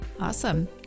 Awesome